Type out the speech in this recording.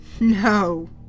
No